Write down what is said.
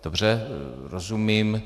Dobře, rozumím.